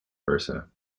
versa